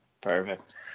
Perfect